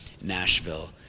Nashville